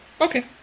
Okay